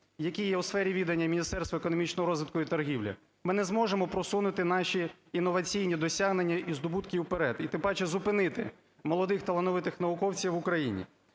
які є у сфері відання Міністерства економічного розвитку і торгівлі, ми не зможемо просунути наші інноваційні досягнення і здобутки вперед, і тим паче, зупинити молодих талановитих науковців в Україні.